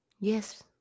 Yes